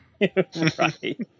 Right